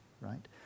Right